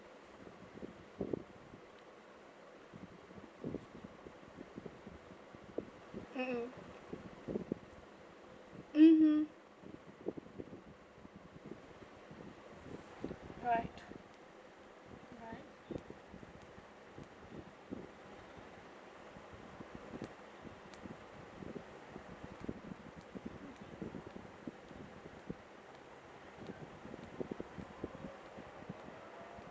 mmhmm mmhmm right right